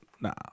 nah